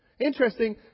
Interesting